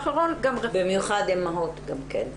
במיוחד אמהות גם כן.